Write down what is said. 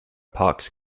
parks